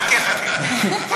חכה, חכה.